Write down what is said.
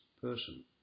person